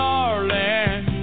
Darling